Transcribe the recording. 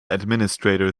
administrator